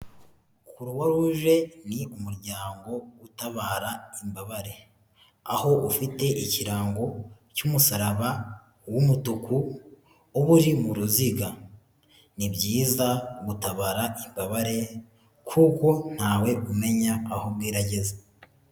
Kuruwa ruge ni umuryango utabara imbabare aho ufite ikirango cy'umusaraba w'umutuku uba uri mu ruziga, ni byiza gutabara imbabare kuko ntawe umenya aho bwira ageze.